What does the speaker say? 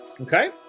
Okay